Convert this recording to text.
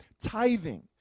Tithing